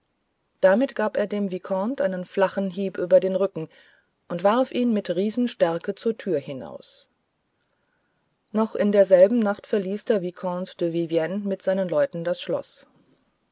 damit gab er dem vicomte einen flachen hieb über den rücken und warf ihn mit riesenstärke zur tür hinaus noch in derselben nacht verließ der vicomte de vivienne mit seinen leuten das schloß